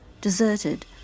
Deserted